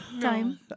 Time